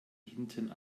hinten